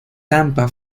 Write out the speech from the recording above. tampa